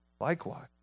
Likewise